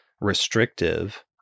restrictive